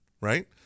right